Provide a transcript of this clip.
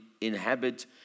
inhabit